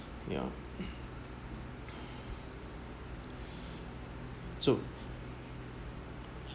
ya so